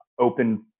open